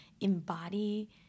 embody